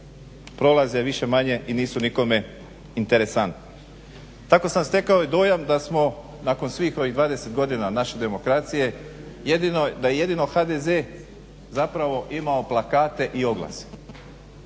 prolaze više-manje i nisu nikome interesantne. Tako sam stekao i dojam da smo nakon svih ovih 20 godina naše demokracije jedino da HDZ zapravo imao plakate i oglase,